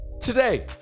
Today